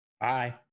bye